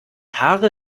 haare